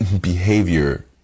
behavior